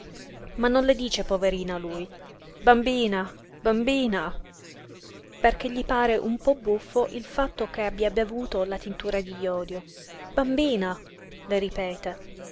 ma non le dice poverina lui bambina bambina perché gli pare un po buffo il fatto che abbia bevuto la tintura di jodio bambina le ripete